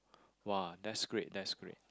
!wah! that's great that's great